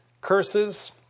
curses